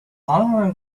alarm